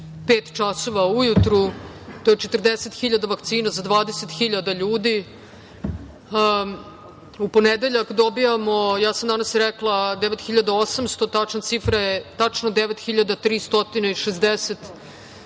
časova ujutru, to je 40.000 vakcina za 20.000 ljudi, u ponedeljak dobijamo, ja sam danas rekla – 9.800, tačna cifra je 9.360